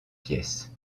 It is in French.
pièces